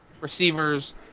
receivers